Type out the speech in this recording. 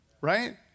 Right